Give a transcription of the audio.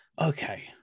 okay